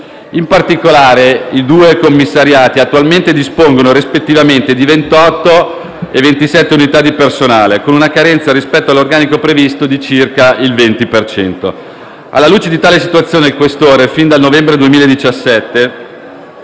In particolare, i due commissariati attualmente dispongono, rispettivamente, di 28 e 27 unità di personale, con una carenza rispetto all'organico previsto di circa il 20 per cento. Alla luce di tale situazione, il questore, fin dal novembre 2017,